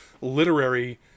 literary